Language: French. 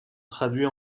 traduits